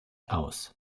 aus